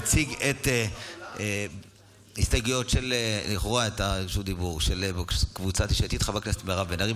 תציג את ההסתייגויות של קבוצת יש עתיד חברת הכנסת מירב בן ארי,